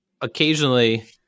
occasionally